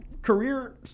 Career